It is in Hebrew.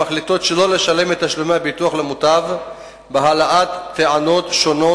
המחליטות שלא לשלם את תשלומי הביטוח למוטב בטענות שונות,